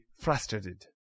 frustrated